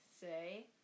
say